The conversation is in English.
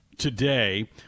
Today